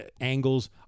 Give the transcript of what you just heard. angles